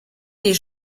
les